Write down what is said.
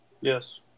Yes